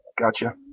Gotcha